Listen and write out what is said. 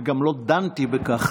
וגם לא דנתי בכך,